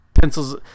pencils